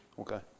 Okay